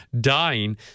dying